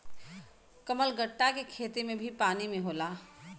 कमलगट्टा के खेती भी पानी में होला